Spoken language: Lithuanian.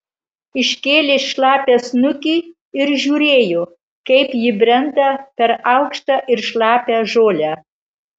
iškėlė šlapią snukį ir žiūrėjo kaip ji brenda per aukštą ir šlapią žolę